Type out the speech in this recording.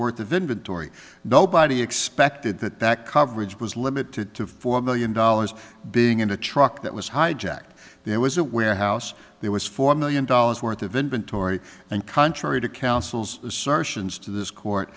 worth of inventory nobody expected that that coverage was limited to four million dollars being in a truck that was hijacked there was a warehouse there was four million dollars worth of inventory and contrary to councils assertions to this court